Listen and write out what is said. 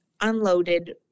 unloaded